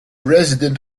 resident